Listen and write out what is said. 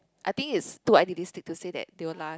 I think it's too idealistic to say that they will last